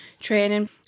training